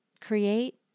create